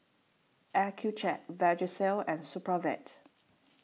Accucheck Vagisil and Supravit